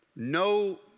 No